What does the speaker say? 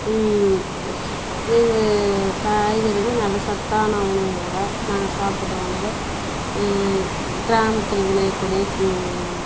இவங்க காய்கறிகளில் நல்லா சத்தான உணவு கூட நாங்கள் சாப்புடுகிற உணவு கிராமத்தில் விளையக் கூடிய